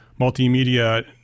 multimedia